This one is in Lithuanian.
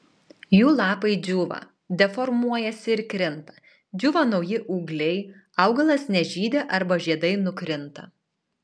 jų lapai džiūva deformuojasi ir krinta džiūva nauji ūgliai augalas nežydi arba žiedai nukrinta